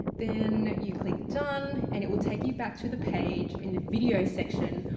then you click done and it will take you back to the page in the video section.